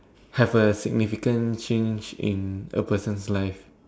have a significant change in a person's life